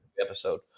episode